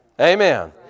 Amen